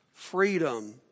Freedom